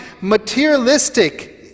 materialistic